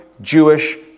Jewish